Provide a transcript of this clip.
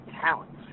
talent